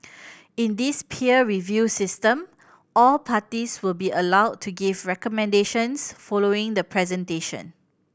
in this peer review system all parties will be allowed to give recommendations following the presentation